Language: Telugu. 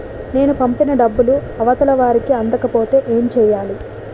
నేను పంపిన డబ్బులు అవతల వారికి అందకపోతే ఏంటి చెయ్యాలి?